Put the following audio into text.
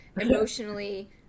emotionally